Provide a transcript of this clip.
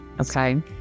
Okay